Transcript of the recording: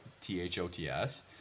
T-H-O-T-S